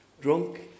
drunk